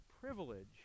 privilege